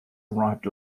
arrived